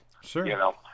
Sure